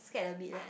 scared a bit eh